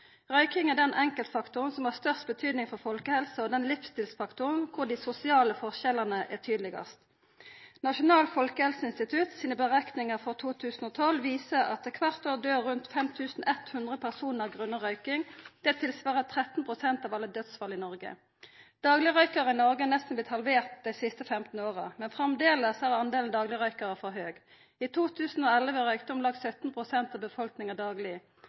Røyking er den enkeltfaktoren som har størst betydning for folkehelsa, og er den livsstilsfaktoren der dei sosiale forskjellane er tydelegast. Nasjonalt folkehelseinstitutt sine berekningar frå 2012 viser at det kvart år døyr rundt 5 100 personar grunna røyking. Det tilsvarar 13 pst. av alle dødsfall i Noreg. Daglegrøykarar i Noreg er nesten blitt halvert dei sist 15 åra, men framleis er delen daglegrøykarar for høg. I 2011 røykte om lag 17 pst. av befolkninga dagleg.